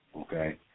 okay